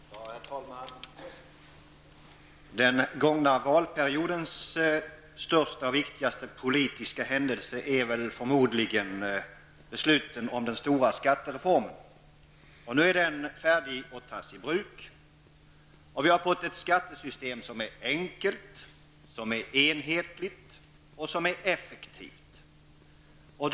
Herr talman! Den gångna valperiodens största och viktigaste politiska händelse har förmodligen varit besluten om den stora skattereformen. Nu är den färdig att tas i bruk. Vi har fått ett skattesystem som är enkelt, enhetligt och effektivt.